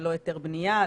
ללא היתר בנייה,